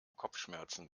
kopfschmerzen